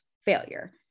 failure